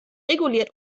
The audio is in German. reguliert